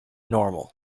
normal